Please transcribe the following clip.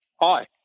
Hi